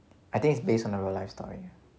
I think is based on real life story